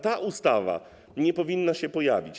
Ta ustawa nie powinna się pojawić.